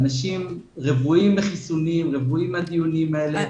אנשים רוויים מחיסונים, רוויים מהדיונים האלה.